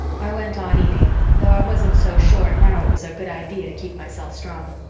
i went on eating, though i wasn't so sure now it was a good idea to keep myself strong.